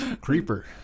creeper